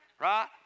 right